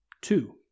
Two